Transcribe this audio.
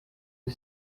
are